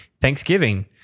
Thanksgiving